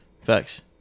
facts